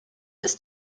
ist